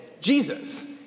Jesus